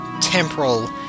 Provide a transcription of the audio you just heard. temporal